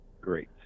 Great